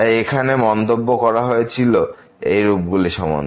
তাই এখানে একটি মন্তব্য করা হয়েছিল এই রূপগুলি সম্বন্ধে